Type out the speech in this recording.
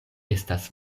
estas